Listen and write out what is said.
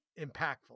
impactful